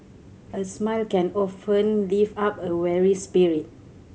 a smile can often lift up a weary spirit